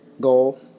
goal